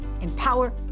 empower